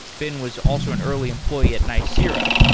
ben was also an early employee at nicira,